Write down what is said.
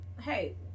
Hey